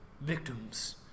victims